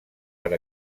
per